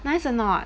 nice or not